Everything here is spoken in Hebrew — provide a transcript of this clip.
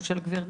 הוא של גברתי,